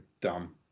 dumb